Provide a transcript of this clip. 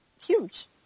huge